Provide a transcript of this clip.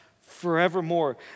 forevermore